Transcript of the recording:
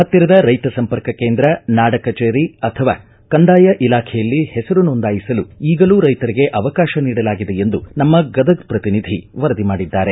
ಪತ್ತಿರದ ರೈತ ಸಂಪರ್ಕ ಕೇಂದ್ರ ನಾಡ ಕಚೇರಿ ಅಥವಾ ಕಂದಾಯ ಇಲಾಖೆಯಲ್ಲಿ ಹೆಸರು ನೊಂದಾಯಿಸಲು ಈಗಲೂ ರೈತರಿಗೆ ಅವಕಾಶ ನೀಡಲಾಗಿದೆ ಎಂದು ನಮ್ಮ ಗದಗ ಪ್ರತಿನಿಧಿ ವರದಿ ಮಾಡಿದ್ದಾರೆ